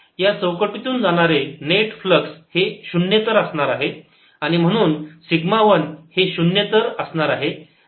या चौकटीतून जाणारे नेट फ्लक्स हे शून्येतर असणार आहे आणि म्हणून सिग्मा वन हे शून्येतर असणार आहे